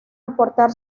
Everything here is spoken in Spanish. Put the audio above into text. aportar